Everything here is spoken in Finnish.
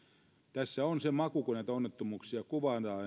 tässä on se maku kun näitä onnettomuuksia kuvataan